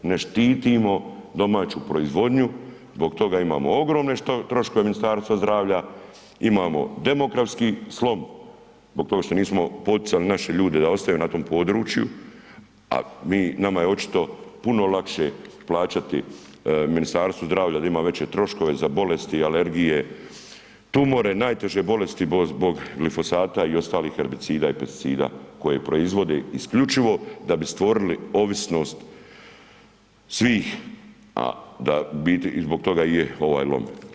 Ne štitimo domaću proizvodnju, zbog toga imamo ogromne troškove Ministarstva zdravlja, imamo demokratski slom zbog toga što nismo poticali naše ljude da ostaju na tom području a mi, nama je očito puno lakše plaćati Ministarstvu zdravlja da ima veće troškove za bolesti i alergije, tumore, najteže bolesti zbog glifosata i ostalih herbicida i pesticida koje proizvodi isključivo da bi stvorili ovisnost svih a da u biti i zbog toga i je ovaj lom.